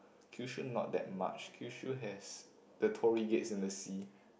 Kyushu not that much Kyushu has the torii gates in the sea